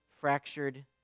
fractured